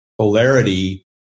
Polarity